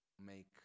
make